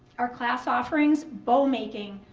our class offerings, bow making,